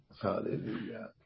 Hallelujah